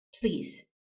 Please